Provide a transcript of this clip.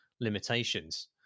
limitations